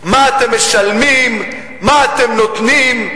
מה אתם משלמים, מה אתם נותנים,